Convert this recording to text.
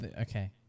okay